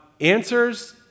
answers